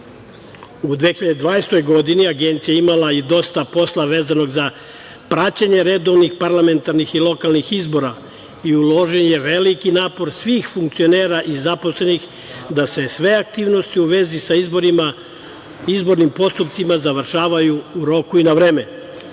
2020. godini Agencija je imala i dosta posla vezano za praćenje redovnih parlamentarnih i lokalnih izbora i uložen je veliki napor svih funkcionera i zaposlenih da se sve aktivnosti u vezi sa izbornim postupcima završavaju u roku i na vreme.S